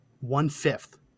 one-fifth